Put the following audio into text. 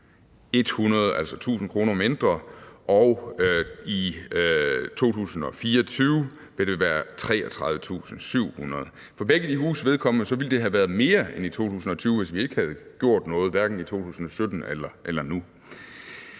1.000 kr. mindre. Og i 2024 vil det være 33.700 kr. For begge de huses vedkommende ville det have været mere end i 2020, hvis vi hverken havde gjort noget i 2017 eller nu.